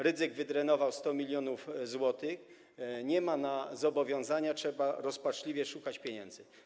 Rydzyk wydrenował 100 mln zł, nie ma na zobowiązania, trzeba rozpaczliwie szukać pieniędzy.